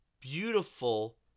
beautiful